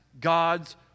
God's